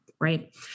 right